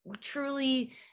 Truly